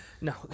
no